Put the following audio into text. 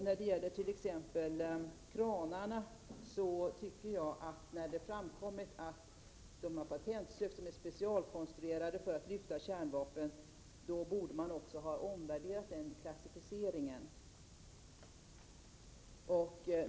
När det beträffande t.ex. kranarna framkom att de är specialkonstruerade för att lyfta kärnvapen och har patentsökts som sådana, borde man också ha omvärderat klassificeringen.